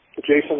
Jason